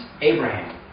Abraham